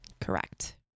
Correct